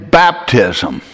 baptism